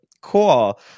cool